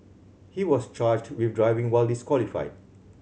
he was charged with driving while disqualified